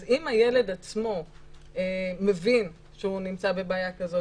אם הילד עצמו מבין שהוא נמצא בבעיה כזאת